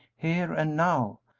here and now,